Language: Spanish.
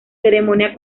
ceremonia